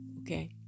Okay